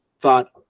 thought